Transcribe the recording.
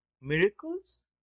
miracles